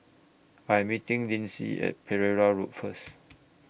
I Am meeting Lynsey At Pereira Road First